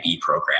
program